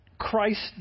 Christ